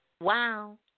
Wow